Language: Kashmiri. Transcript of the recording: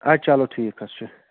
اَدٕ چلو ٹھیٖک حظ چھُ